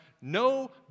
no